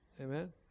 Amen